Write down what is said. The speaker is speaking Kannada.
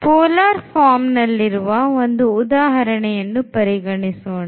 ಪೋಲಾರ್ ಫಾರ್ಮ್ ನಲ್ಲಿರುವ ಒಂದು ಉದಾಹರಣೆಯನ್ನು ಪರಿಗಣಿಸೋಣ